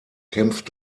kämpft